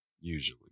Usually